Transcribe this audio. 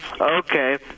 Okay